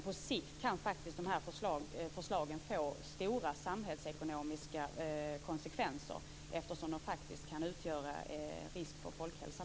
På sikt kan faktiskt de här förslagen få stora samhällsekonomiska konsekvenser eftersom de faktiskt kan utgöra risk för folkhälsan.